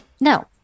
No